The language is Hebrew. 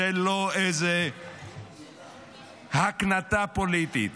זאת לא איזו הקנטה פוליטית,